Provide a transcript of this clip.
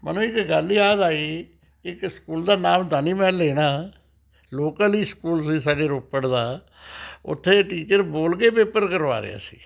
ਮੈਨੂੰ ਇੱਕ ਗੱਲ ਯਾਦ ਆਈ ਇੱਕ ਸਕੂਲ ਦਾ ਨਾਮ ਤਾਂ ਨਹੀਂ ਮੈਂ ਲੈਣਾ ਲੋਕਲ ਹੀ ਸਕੂਲ ਸੀ ਸਾਡੇ ਰੋਪੜ ਦਾ ਉੱਥੇ ਟੀਚਰ ਬੋਲ ਕੇ ਪੇਪਰ ਕਰਵਾ ਰਿਹਾ ਸੀ